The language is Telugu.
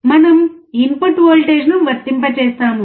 మనము ఇన్పుట్ వోల్టేజ్ను వర్తింపజేస్తాము